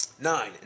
Nine